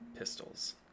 pistols